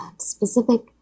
specific